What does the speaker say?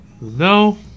No